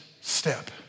step